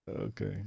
okay